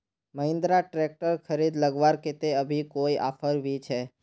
Mahindra tractor खरीद लगवार केते अभी कोई ऑफर भी छे?